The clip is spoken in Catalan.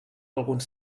alguns